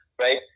right